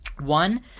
One